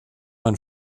man